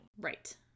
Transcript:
Right